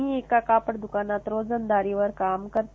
मी एका कापड दुकानात रोजंदारीवर काम करते